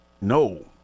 No